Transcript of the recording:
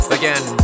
again